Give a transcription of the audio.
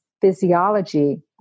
physiology